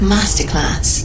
Masterclass